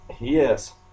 Yes